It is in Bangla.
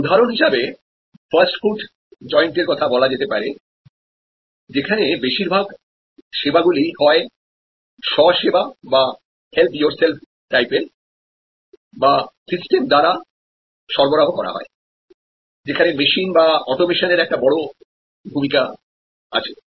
উদাহরণ হিসেবে ফাস্টফুড জয়েন্ট র কথা বলা যেতে পারে যেখানে বেশিরভাগ পরিষেবাগুলি হয় স্ব পরিষেবা বা help yourself টাইপের বা সিস্টেম দ্বারা সরবরাহ করা হয় যেখানে মেশিন বা অটোমেশন একটি বড় ভূমিকা পালন করে